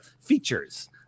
features